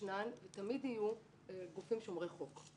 ישנן ותמיד יהיו גופים שומרי חוק.